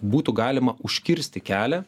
būtų galima užkirsti kelią